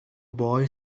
boy